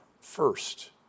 first